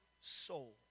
soul